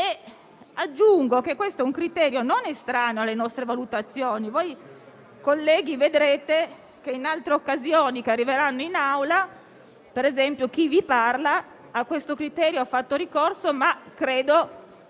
Aggiungo che questo è un criterio non estraneo alle nostre valutazioni e voi, colleghi, vedrete che si presenterà in altre occasioni che arriveranno in Aula; per esempio chi vi parla a questo criterio ha fatto ricorso, ma più